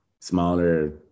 smaller